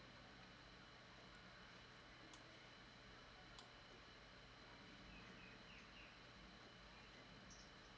uh